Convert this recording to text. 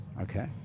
Okay